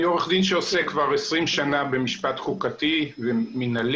אני עורך דין שעוסק כבר 20 שנה במשפט חוקתי ומנהלי,